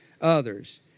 others